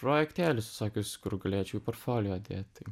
projektėlius visokius kur galėčiau į partfolio dėt tai